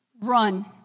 run